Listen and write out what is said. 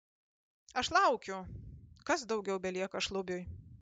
aš laukiu kas daugiau belieka šlubiui